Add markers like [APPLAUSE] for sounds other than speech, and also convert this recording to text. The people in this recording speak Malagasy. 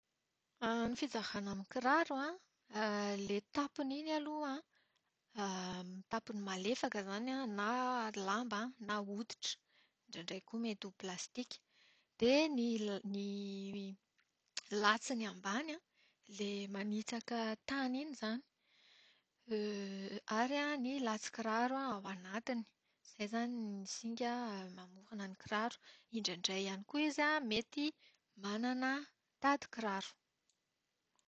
Ny fizaràna amin'ny kiraro an, [HESITATION] ilay tapony iny aloha an, tapony malefaka na lamba na hoditra. Indraindray koa mety ho plastika. Dia ny l- ny latsiny ambany an, ilay manitsaka tany iny izany ary ny latsin-kiraro ao anatiny. Izay izany ny singa mamorona ny kiraro. Indraindray ihany koa izy mety manana tadin-kiraro.